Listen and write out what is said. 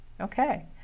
Okay